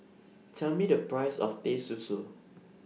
Tell Me The Price of Teh Susu